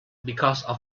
because